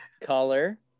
Color